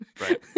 Right